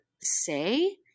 say